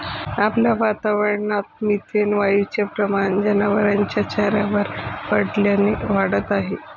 आपल्या वातावरणात मिथेन वायूचे प्रमाण जनावरांच्या चाऱ्यावर पडल्याने वाढत आहे